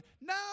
No